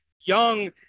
young